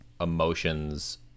emotions